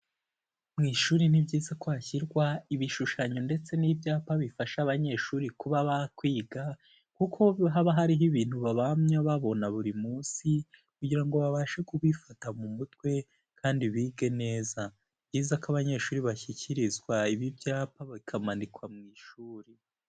Mu ishuri ni byiza ko hashyirwa ibishushanyo ndetse n'ibyapa bifasha abanyeshuri kuba ba kwiga kuko haba hariho ibintu bahamya babona buri munsi kugira ngo babashe kubifata mu mutwe kandi bige neza. Ni byiza ko abanyeshuri bashyikirizwa ibi byapa bikamanikwa mu ishuri.